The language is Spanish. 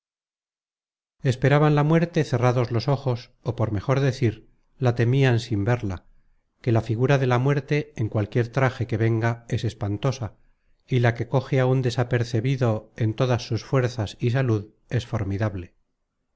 esperaban la muerte cerrados los ojos ó por mejor decir la temian sin verla que la figura de la muerte en cualquier traje que venga es espantosa y la que coge á un desapercebido en todas sus fuerzas y salud es formidable